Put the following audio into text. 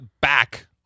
back